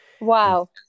Wow